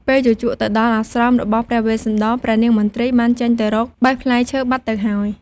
ពេលជូជកទៅដល់អាស្រមរបស់ព្រះវេស្សន្តរ ព្រះនាងមទ្រីបានចេញទៅរកបេះផ្លែឈើបាត់ទៅហើយ។